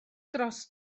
dros